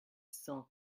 cent